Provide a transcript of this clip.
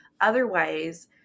Otherwise